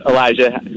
Elijah